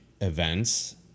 events